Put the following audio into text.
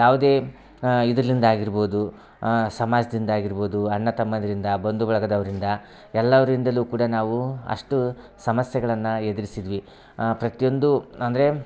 ಯಾವುದೇ ಇದ್ರಲಿಂದ ಆಗಿರ್ಬೋದು ಸಮಾಜ್ದಿಂದ ಆಗಿರ್ಬೋದು ಅಣ್ಣತಮ್ಮದಿಂದ ಬಂದು ಬಳಗದವರಿಂದ ಎಲ್ಲವ್ರಿಂದಲೂ ಕೂಡ ನಾವು ಅಷ್ಟು ಸಮಸ್ಯೆಗಳನ್ನ ಎದ್ರಿಸಿದ್ವಿ ಪ್ರತಿಯೊಂದು ಅಂದರೆ